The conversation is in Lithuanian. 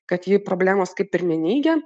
kad ji problemos kaip ir neneigia